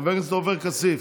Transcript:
חבר הכנסת עופר כסיף,